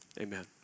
amen